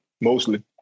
mostly